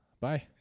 Bye